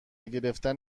گرفتن